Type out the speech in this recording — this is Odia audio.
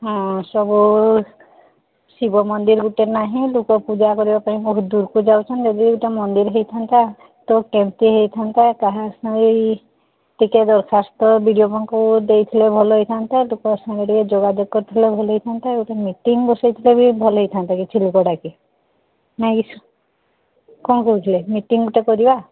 ହଁ ସବୁ ଶିବ ମନ୍ଦିର ଗୋଟେ ନାହିଁ ଲୋକ ପୂଜା କରିବା ପାଇଁ ବହୁତ ଦୂରକୁ ଯାଉଛନ୍ତି ଏବେ ତ ମନ୍ଦିର ହେଇଥାନ୍ତା ତ କେମତି ହେଇଥାନ୍ତା କାହା ସାଙ୍ଗେ ଟିକେ ଦରଖାସ୍ତ ବିଡ଼ିଓଙ୍କୁ ଦେଇଥିଲେ ଭଲ ହେଇଥାନ୍ତା ଲୋକଙ୍କ ସାଙ୍ଗରେ ଯୋଗାଯୋଗ କରିଥିଲେ ଭଲ ହେଇଥାନ୍ତା ମିଟିଙ୍ଗ ବସାଇଥିଲେ ବି ଭଲ ହେଇଥାନ୍ତା କିଛି ଲୋକ ଡାକି ନାହିଁ କିସ କ'ଣ କହୁଥିଲେ ମିଟିଙ୍ଗ ଗୋଟେ କରିବା